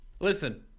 Listen